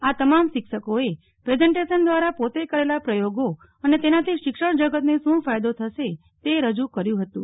આ તમામ શિક્ષકોએ પ્રેઝન્ટેશન દ્વારા પોતે કરેલા પ્રયોગો અને તેનાથી શિક્ષણ જગતને શું ફાયદો થયો તે રજૂ કર્યું ફતું